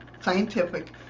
scientific